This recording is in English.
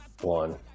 one